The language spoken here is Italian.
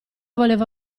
voleva